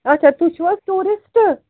آچھا تُہۍ چھُو حظ ٹوٗرِسٹ